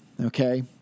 okay